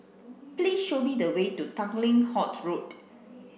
please show me the way to Tanglin Halt Road